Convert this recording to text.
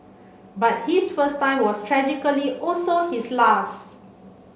but his first time was tragically also his last